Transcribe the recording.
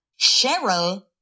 Cheryl